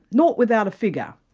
naught without a figure.